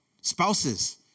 Spouses